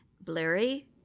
Blurry